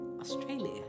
Australia